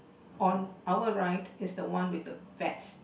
on our right is the one with the vest